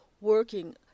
working